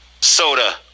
Soda